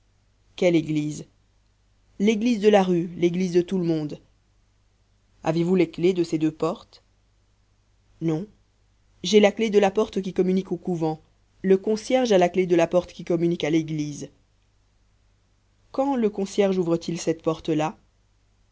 quelle église l'église de la rue l'église de tout le monde avez-vous les clefs de ces deux portes non j'ai la clef de la porte qui communique au couvent le concierge a la clef de la porte qui communique à l'église quand le concierge ouvre-t-il cette porte là